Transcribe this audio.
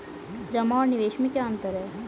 जमा और निवेश में क्या अंतर है?